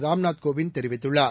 ராம்நாத் கோவிந்த் தெரிவித்துள்ளார்